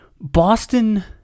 Boston